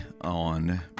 on